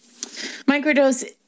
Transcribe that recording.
Microdose